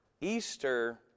Easter